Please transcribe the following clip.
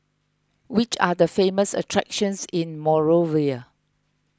which are the famous attractions in Monrovia